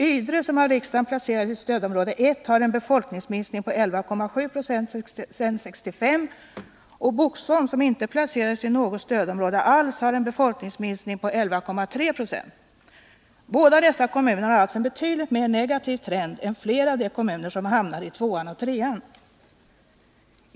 : Ydre, som av riksdagen placerades i stödområde 1, har en befolkningsminskning på 11,7 96 sedan 1965, och Boxholm, som inte placerades i något stödområde alls, har en befolkningsminskning på 11,3 96. Båda dessa kommuner har alltså en betydligt mer negativ trend än flera av de kommuner som hamnade i stödområde 2 och 3.